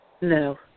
No